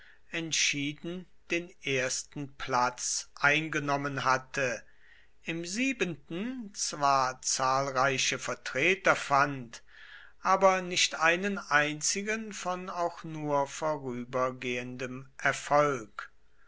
entschieden den ersten platz eingenommen hatte im siebenten zwar zahlreiche vertreter fand aber nicht einen einzigen von auch nur vorübergehendem erfolg